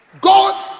God